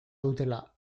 dutela